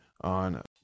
on –